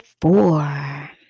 four